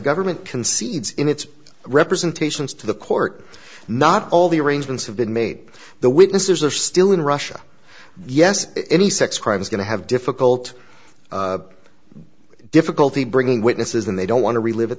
government concedes in its representations to the court not all the arrangements have been made the witnesses are still in russia yes any sex crime is going to have difficult difficulty bringing witnesses in they don't want to relive it